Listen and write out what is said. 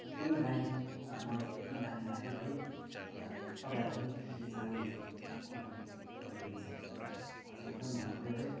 एकदमै दामी मलाई चाहिँ एकदम दामी लाग्यो है अन्त तपाईँहरू पनि यदि चाहनुहुन्छ भने त्यो कम्पनीको तपाईँले लिन सक्नुहुन्छ मलाई चाहिँ एकदमै मनपऱ्यो है